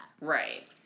Right